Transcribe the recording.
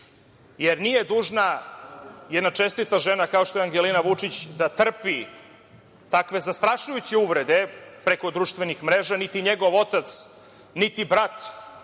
porodice. Nije dužna jedna čestita žena, kao što je Angelina Vučić, da trpi takve zastrašujuće uvrede preko društvenih mreža, niti njegov otac, niti brat,